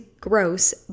gross